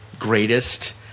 greatest